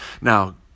now